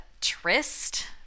tryst